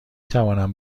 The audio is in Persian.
توانم